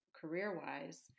career-wise